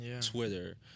Twitter